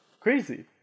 crazy